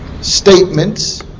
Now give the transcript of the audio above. statements